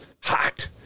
hot